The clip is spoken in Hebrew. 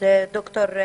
שיעורי